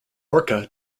orca